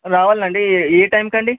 రావాలండి ఏ ఏ టైంకండి